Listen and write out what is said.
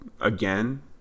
again